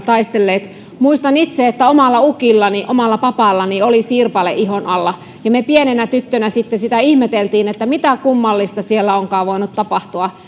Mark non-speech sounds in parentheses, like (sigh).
(unintelligible) taistelleet muistan itse että omalla ukillani omalla papallani oli sirpale ihon alla ja me pieninä tyttöinä sitten sitä ihmettelimme että mitä kummallista siellä onkaan voinut tapahtua (unintelligible)